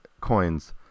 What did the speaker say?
coins